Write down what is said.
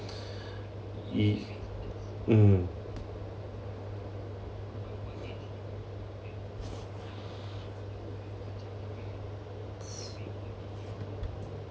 ye~ mm